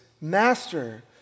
master